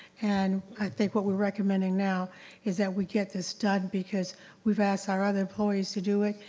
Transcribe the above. and i think what we're recommending now is that we get this done because we've asked our other employees to do it.